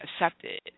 accepted